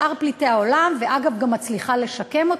נכון שאישרנו את זה, אז כרגע תהיה שנה אחת כן,